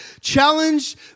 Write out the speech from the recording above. challenge